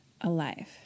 Alive